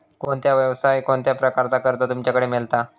कोणत्या यवसाय कोणत्या प्रकारचा कर्ज तुमच्याकडे मेलता?